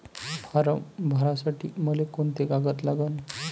Form भरासाठी मले कोंते कागद लागन?